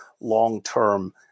long-term